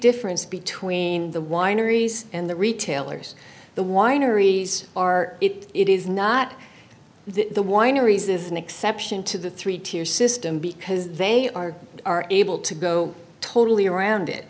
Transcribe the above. difference between the whiner and the retailers the wineries are it is not the wineries this is an exception to the three tier system because they are are able to go totally around it